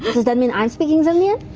does that mean i'm speaking zemnian?